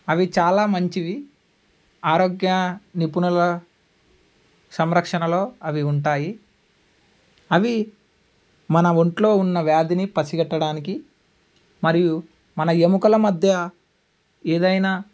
అవి చాలా మంచివి ఆరోగ్య నిపుణుల సంరక్షణలో అవి ఉంటాయి అవి మన ఒంట్లో ఉన్న వ్యాధిని పసిగట్టడానికి మరియు మన ఎముకల మధ్య ఏదైనా